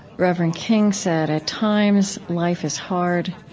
reverend king said, at times, life is hard,